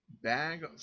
bag